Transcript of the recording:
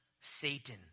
Satan